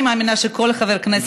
אני מאמינה שכל חבר כנסת יצטרף.